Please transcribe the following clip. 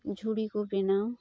ᱡᱷᱩᱲᱤᱠᱚ ᱵᱮᱱᱟᱣ